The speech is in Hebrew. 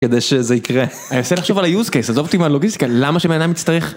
כדי שזה יקרה, אני עושה לחשוב על ה-Use Case, עזוב אותי מהלוגיסטיקה, למה שאדם יצטרך